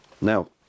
Now